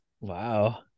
Wow